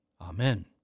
Amen